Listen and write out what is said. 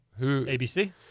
ABC